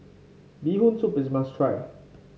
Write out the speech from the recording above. Bee Hoon Soup is must try